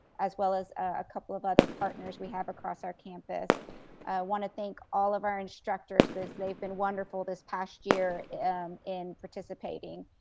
as well as a couple of other partners we have across our campus. i want to thank all of our instructors, because they've been wonderful this past year in participating.